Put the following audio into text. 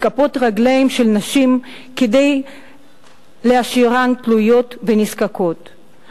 את כפות רגליהן של נשים כדי להשאירן תלויות ונזקקות,